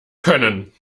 können